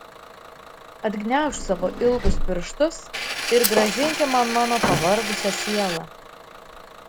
atgniaužk savo ilgus pirštus ir grąžinki man mano pavargusią sielą